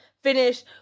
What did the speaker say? finish